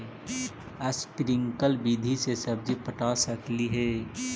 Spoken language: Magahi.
स्प्रिंकल विधि से सब्जी पटा सकली हे?